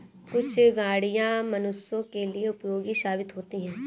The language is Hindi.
कुछ गाड़ियां मनुष्यों के लिए उपयोगी साबित होती हैं